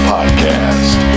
Podcast